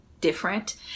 different